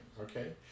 Okay